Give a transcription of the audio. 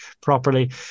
properly